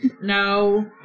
No